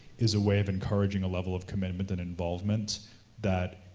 is a way of encouraging a level of commitment and involvement that,